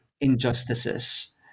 injustices